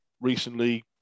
recently